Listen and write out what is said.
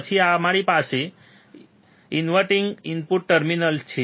પછી અમારી પાસે ઇનવર્ટીંગ ઇનપુટ ટર્મિનલ છે